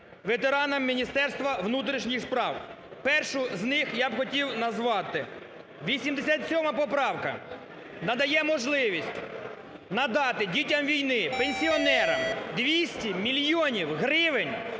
ветеранам Міністерства внутрішніх справ. Першу з них я б хотів назвати. 87 поправка надає можливість надати дітям війни, пенсіонерам 200 мільйонів гривень,